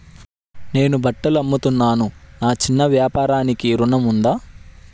నేను బట్టలు అమ్ముతున్నాను, నా చిన్న వ్యాపారానికి ఋణం ఉందా?